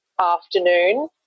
afternoon